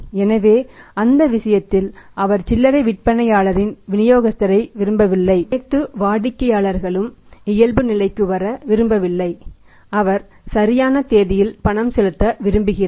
எனவே அந்த விஷயத்தில் அவர் சில்லறை விற்பனையாளரின் விநியோகஸ்தரை விரும்பவில்லை அனைத்து வாடிக்கையாளர்களும் இயல்புநிலைக்கு வர விரும்பவில்லை அவர் சரியான தேதியில் பணம் செலுத்த விரும்புகிறார்